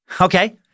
Okay